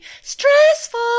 Stressful